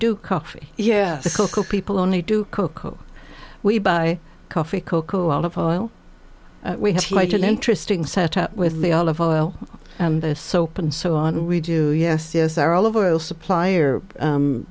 do coffee yeah people only do coke we buy coffee cocoa olive oil we have like an interesting setup with the olive oil and the soap and so on we do yes yes are all over the supplier